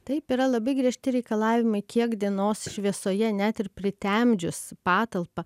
taip yra labai griežti reikalavimai kiek dienos šviesoje net ir pritemdžius patalpą